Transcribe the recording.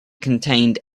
contained